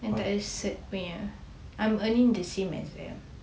yang takde cert punya I'm earning the same as them